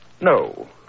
No